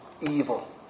evil